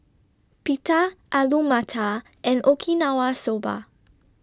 Pita Alu Matar and Okinawa Soba